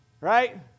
Right